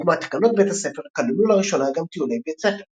לדוגמה תקנות בית הספר כללו לראשונה גם טיולי בית ספר